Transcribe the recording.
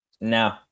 No